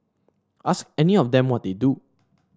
ask any of them what they do